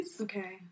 Okay